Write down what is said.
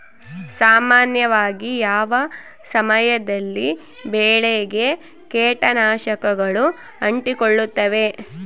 ಸಾಮಾನ್ಯವಾಗಿ ಯಾವ ಸಮಯದಲ್ಲಿ ಬೆಳೆಗೆ ಕೇಟನಾಶಕಗಳು ಅಂಟಿಕೊಳ್ಳುತ್ತವೆ?